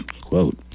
quote